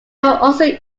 also